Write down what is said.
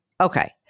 Okay